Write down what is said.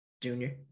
junior